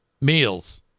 meals